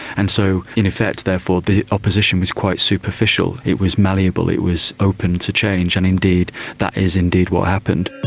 and so in effect therefore the opposition was quite superficial, it was a malleable, it was open to change, and indeed that is indeed what happened.